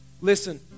Listen